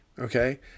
Okay